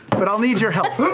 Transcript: but i'll need your help.